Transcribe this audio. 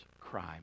crime